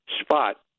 spot